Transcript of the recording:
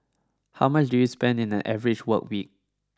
how much do you spend in an average work week